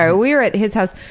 ah we were at his house,